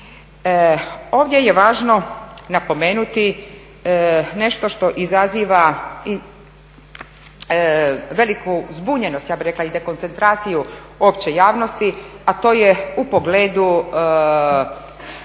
Ovdje je važno napomenuti nešto što izaziva veliku zbunjenost ja bih rekla i dekoncentraciju opće javnosti a to je u pogledu